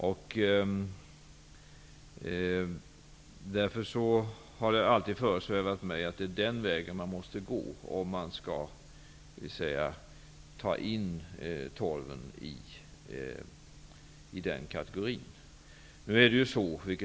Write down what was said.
Det har därför alltid föresvävat mig att man måste gå den vägen, om man skall ta in torven i kategorin fossila bränslen.